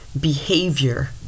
behavior